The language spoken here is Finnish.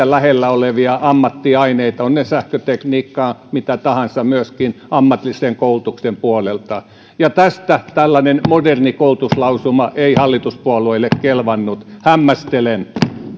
lähellä olevia ammattiaineita ovat ne sähkötekniikkaa mitä tahansa myöskin ammatillisen koulutuksen puolelta ja tästä tällainen moderni koulutuslausuma ei hallituspuolueille kelvannut hämmästelen